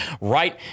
right